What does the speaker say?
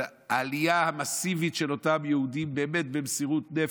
על העלייה המסיבית של אותם יהודים במסירות נפש,